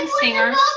singers